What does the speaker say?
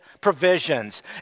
provisions